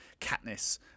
Katniss